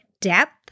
depth